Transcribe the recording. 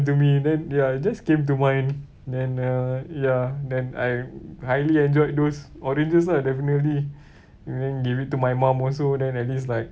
to me and then ya it just came to mind then uh ya then I highly enjoyed those oranges lah definitely even gave it to my mum also then at least like